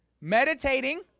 meditating